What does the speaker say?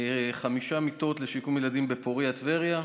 חמש מיטות לשיקום ילדים בפוריה בטבריה,